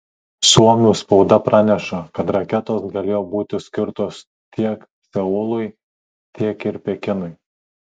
suomių spauda praneša kad raketos galėjo būti skirtos tiek seului tiek ir pekinui